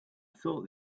thought